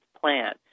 plan